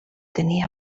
tenir